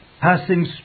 passing